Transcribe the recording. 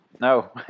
No